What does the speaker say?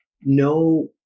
No